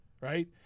right